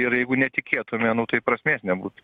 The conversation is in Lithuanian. ir jeigu netikėtume nu tai prasmės nebūtų